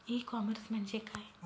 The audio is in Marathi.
ई कॉमर्स म्हणजे काय?